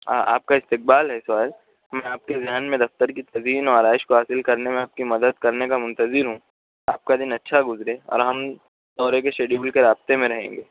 ہاں آپ کا استقبال ہے سہیل میں آپ کے ذہن میں دفتر کی تزئین و آرائش کو حاصل کرنے میں آپ کی مدد کرنے کا منتظر ہوں آپ کا دن اچھا گزرے اور ہم دورے کے شڈیول کے رابطے میں رہیں گے